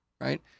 right